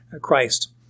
Christ